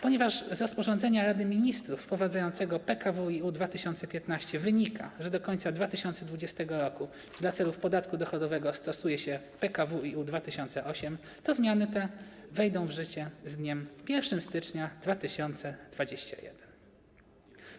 Ponieważ z rozporządzenia Rady Ministrów wprowadzającego PKWiU 2015 wynika, że do końca 2020 r. dla celów podatku dochodowego stosuje się PKWiU 2008, to zmiany te wejdą w życie z dniem 1 stycznia 2021 r.